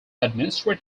administered